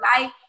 life